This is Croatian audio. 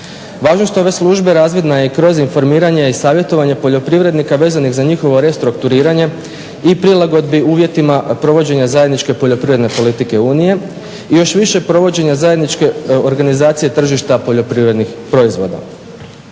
Važnost ove službe razvidna je kroz informiranje i savjetovanje poljoprivrednika vezanih za njihovo restrukturiranje i prilagodbi uvjetima provođenja zajedničke poljoprivredne politike EU, još više provođenje zajedničke organizacije tržišta poljoprivrednih proizvoda.